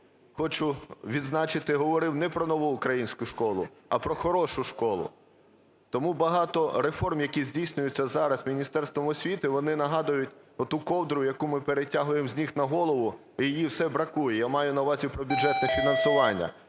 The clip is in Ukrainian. хочу відзначити, говорив не про нову українську школу, а про хорошу школу. Тому багато реформ, які здійснюються зараз Міністерством освіти, вони нагадують оту ковдру, яку ми перетягуємо з ніг на голову, і її все бракує. Я маю на увазі, про бюджетне фінансування.